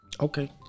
Okay